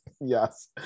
Yes